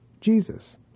Jesus